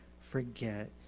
forget